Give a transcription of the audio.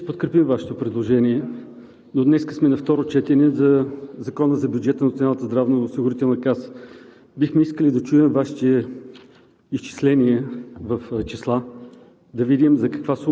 Уважаема госпожо Председател, уважаеми колеги! Господин Марешки, ние ще подкрепим Вашето предложение, но днес сме на второ четене на Закона за бюджета на Националната здравноосигурителна каса. Бихме искали да чуем Вашите